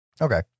Okay